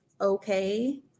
okay